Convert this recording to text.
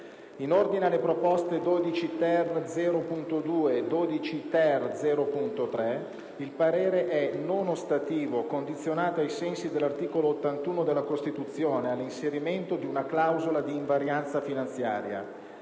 In ordine alle proposte 12-*ter*.0.2 e 12-*ter*.0.3, il parere è non ostativo, condizionato, ai sensi dell'articolo 81 della Costituzione, all'inserimento di una clausola di invarianza finanziaria.